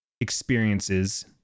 experiences